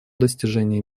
достижение